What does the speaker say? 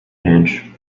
page